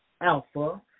alpha